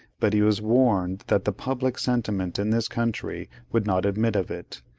but he was warned that the public sentiment in this country would not admit of it,